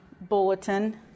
bulletin